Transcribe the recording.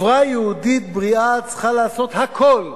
חברה יהודית בריאה צריכה לעשות הכול,